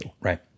Right